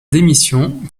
démission